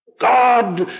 God